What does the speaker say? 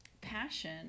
passion